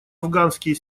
афганские